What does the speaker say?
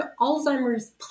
Alzheimer's